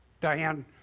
Diane